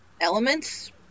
elements